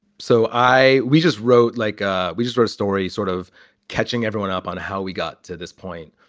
so i we just wrote like ah we just wrote a story sort of catching everyone up on how we got to this point.